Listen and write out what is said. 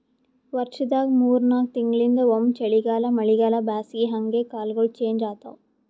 ವರ್ಷದಾಗ್ ಮೂರ್ ನಾಕ್ ತಿಂಗಳಿಂಗ್ ಒಮ್ಮ್ ಚಳಿಗಾಲ್ ಮಳಿಗಾಳ್ ಬ್ಯಾಸಗಿ ಹಂಗೆ ಕಾಲ್ಗೊಳ್ ಚೇಂಜ್ ಆತವ್